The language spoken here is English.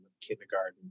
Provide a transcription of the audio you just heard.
kindergarten